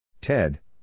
Ted